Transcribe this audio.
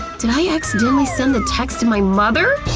did i accidentally send the text to my mother!